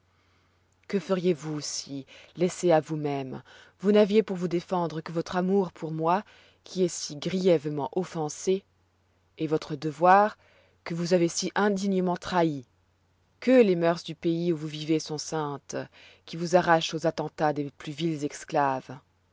que feriez-vous si laissée à vous-même vous n'aviez pour vous défendre que votre amour pour moi qui est si grièvement offensé et votre devoir que vous avez si indignement trahi que les mœurs du pays où vous vivez sont saintes qui vous arrachent aux attentats des plus vils esclaves